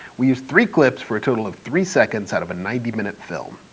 we use three clips for a total of three seconds out of a ninety minute film.